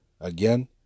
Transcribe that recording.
Again